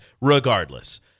regardless